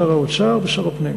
שר האוצר ושר הפנים.